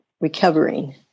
recovering